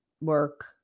work